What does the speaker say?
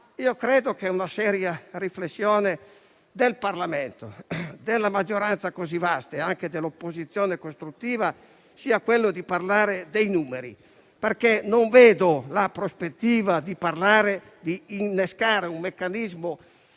occorra una seria riflessione del Parlamento, della maggioranza così vasta e anche dell'opposizione costruttiva, e sia necessario parlare dei numeri, perché non vedo in prospettiva la volontà di innescare un meccanismo